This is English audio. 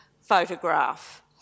photograph